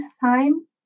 time